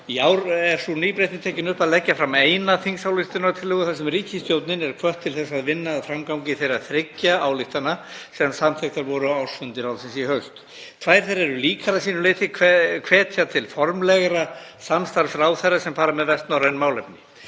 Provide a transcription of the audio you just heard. Í ár er sú nýbreytni tekin upp að leggja fram eina þingsályktunartillögu þar sem ríkisstjórnin er hvött til að vinna að framgangi þeirra þriggja ályktana sem samþykktar voru á ársfundi ráðsins í haust. Tvær þeirra eru líkar að sínu leyti, hvetja til formlegra samstarfs ráðherra sem fara með vestnorræn málefni,